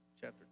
chapter